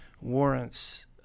warrants